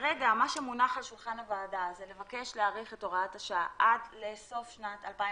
כרגע מונח על שולחן הוועדה לבקש להאריך את הוראת השעה עד לסוף שנת 2021,